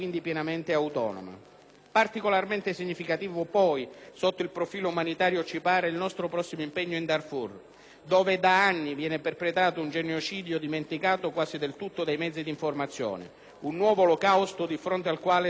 Particolarmente significativo, poi, sotto il profilo umanitario, ci pare il nostro prossimo impegno in Darfur, dove da anni viene perpetrato un genocidio dimenticato quasi del tutto dai mezzi di informazione, un nuovo Olocausto di fronte al quale si vorrebbe chiudere gli occhi.